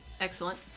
Excellent